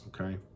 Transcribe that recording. Okay